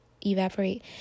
evaporate